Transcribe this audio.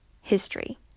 history